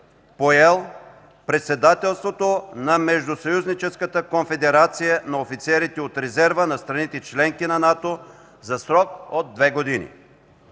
поел председателството на Междусъюзническата конфедерация на офицерите от резерва на страните – членки на НАТО за срок от две години.